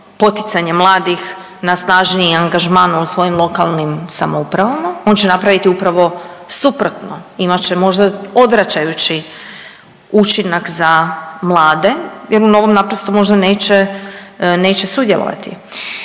poticanje mladih na snažniji angažman u svojim lokalnim samoupravama. On će napraviti upravo suprotno imat će možda odvraćajući učinak za mlade, jer u novom naprosto možda neće sudjelovati.